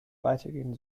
weitergehen